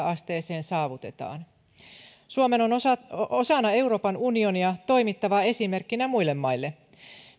asteeseen saavutetaan suomen on osana euroopan unionia toimittava esimerkkinä muille maille